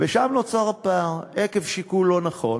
ושם נוצר הפער, עקב שיקול לא נכון,